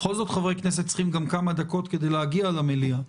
בכל זאת חברי כנסת צריכים גם כמה דקות כדי להגיע למליאה,